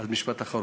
אז משפט אחרון.